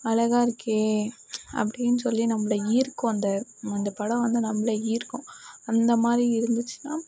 அழகா இருக்கே அப்படின்னு சொல்லி நம்மள ஈர்க்கும் அந்த அந்த படம் வந்து நம்மள ஈர்க்கும் அந்தமாதிரி இருந்துச்சுன்னா